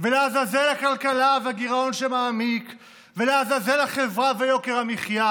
ולעזאזל הכלכלה והגירעון שמעמיק ולעזאזל החברה ויוקר המחיה,